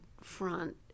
front